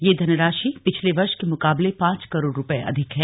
यह धनराशि पिछले वर्ष के मुकाबले पांच करोड़ रुपये अधिक है